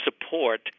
support